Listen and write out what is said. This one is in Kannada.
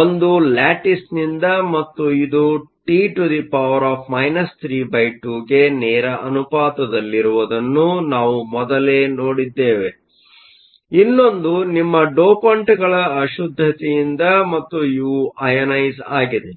ಒಂದು ಲ್ಯಾಟಿಸ್ನಿಂದ ಮತ್ತು ಇದು T 32ಗೆ ನೇರ ಅನುಪಾತದಲ್ಲಿರುವುದನ್ನು ನಾವು ಮೊದಲೇ ನೋಡಿದ್ದೇವೆ ಇನ್ನೊಂದು ನಿಮ್ಮ ಡೋಪಂಟ್ಗಳ ಅಶುದ್ಧತೆಯಿಂದ ಮತ್ತು ಇವು ಅಯನೈಸ಼್ ಆಗಿದೆ